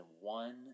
One